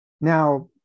Now